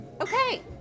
Okay